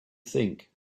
think